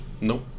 Nope